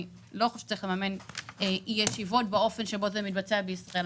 אני לא חושבת שצריך לממן ישיבות באופן שבו זה מתבצע בישראל.